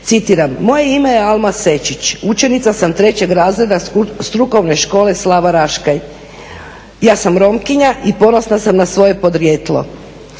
Citiram: "Moje ime je Alma Sečić, učenica sam 3. razreda strukovne škole Slava Raškaj. Ja sam Romkinja i ponosna sam na svoje podrijetlo.